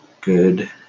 good